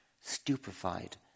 stupefied